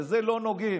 בזה לא נוגעים.